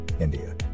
India